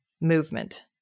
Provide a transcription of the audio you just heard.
movement